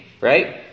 right